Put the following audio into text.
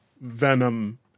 Venom